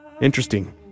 Interesting